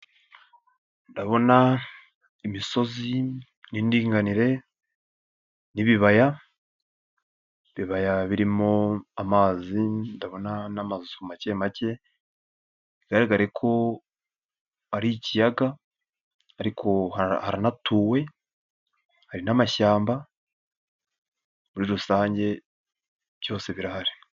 Ndabona imisozi y'indinganire n'ibibaya, ibibaya birimo amazi, ndabona n'amazu make make bigaragare ko ari ikiyaga ariko haranatuwe hari n'amashyamba muri rusange byose birahari.